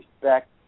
respect